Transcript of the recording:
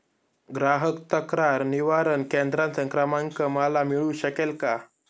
ग्राहक तक्रार निवारण केंद्राचा क्रमांक मला मिळू शकेल का?